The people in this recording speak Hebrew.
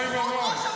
ממש לא.